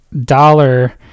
dollar